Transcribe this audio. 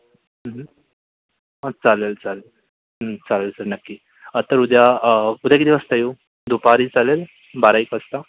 चालेल चालेल सर चालेल सर नक्की तर उद्या उद्या किती वाजता येऊ दुपारी चालेल बारा एक वाजता